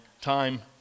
time